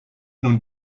nun